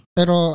Pero